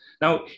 Now